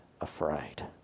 afraid